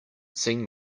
seen